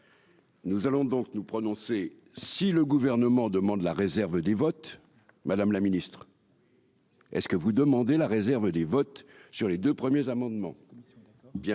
Nous allons donc nous prononcer si le gouvernement demande la réserve des votes madame la Ministre. Est ce que vous demandez la réserve des votes sur les 2 premiers amendements.